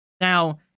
Now